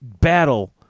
battle